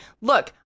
look